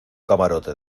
camarote